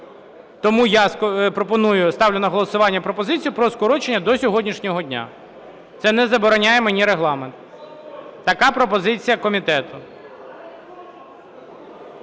Тому я ставлю на голосування пропозицію про скорочення до сьогоднішнього дня. Це не забороняє мені Регламент, така пропозиція комітету.